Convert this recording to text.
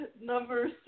Number